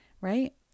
right